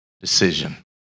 decision